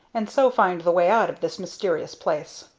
and so find the way out of this mysterious place.